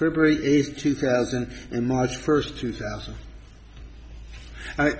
nine two thousand and march first two thousand i